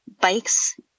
bikes